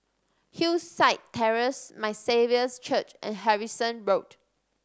Hillside Terrace My Saviour's Church and Harrison Road